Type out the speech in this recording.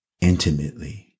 intimately